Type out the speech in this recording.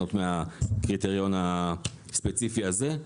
ולהנות מהקריטריון הספציפי הזה.